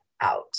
out